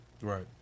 right